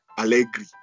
Allegri